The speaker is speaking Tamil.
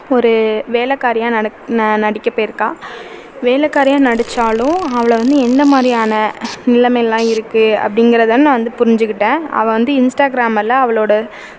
ஒரு வேலக்காரியாக நடிக் நடிக்க போயிருக்கா வேலக்காரியாக நடிச்சாலும் அவளை வந்து என்ன மாதிரியான நிலைமையிலலாம் இருக்கு அப்படிங்கிறத நான் வந்து புரிஞ்சிகிட்டேன் அவ வந்து இன்ஸ்டாகிராமில் அவளோட